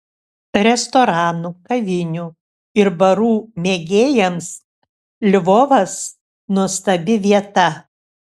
restoranų kavinių ir barų mėgėjams lvovas nuostabi vieta